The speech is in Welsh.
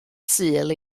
sul